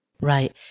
Right